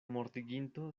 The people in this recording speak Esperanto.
mortiginto